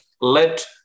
let